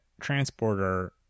transporter